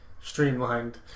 streamlined